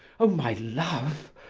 oh! my love,